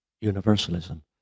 universalism